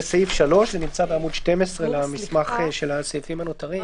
וזה סעיף 3 שנמצא בעמוד 12 במסמך של הסעיפים הנותרים.